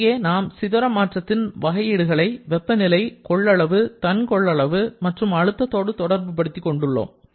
இங்கே நாம் சிதற மாற்றத்தின் வகையீடுகளை வெப்பநிலை கொள்ளளவு தன் கொள்ளளவு மற்றும் அழுத்தத்தோடு தொடர்பு படுத்திக் கொள்கிறோம்